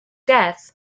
death